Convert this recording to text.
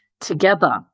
together